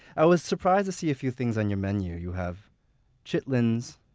i was surprised to see a few things on your menu. you have chitlins,